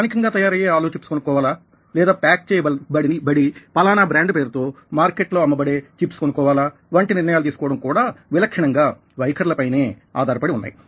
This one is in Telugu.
స్థానికంగా తయారయ్యే ఆలూ చిప్స్ కొనుక్కోవాలా లేదా పేక్ చేయబడి పలానా బ్రాండ్ పేరుతో మార్కెట్ లో అమ్మబడే చిప్స్ కొనుక్కోవాలా వంటి నిర్ణయాలు తీసుకోవడం కూడా విలక్షణంగా వైఖరులపైనే ఆధారపడి వున్నాయి